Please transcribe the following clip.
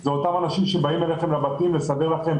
זה אותם אנשים שבאים אליכם לבתים כדי לסדר לכם,